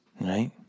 right